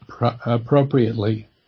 appropriately